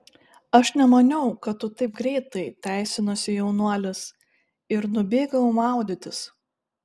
aš nemaniau kad tu taip greitai teisinosi jaunuolis ir nubėgau maudytis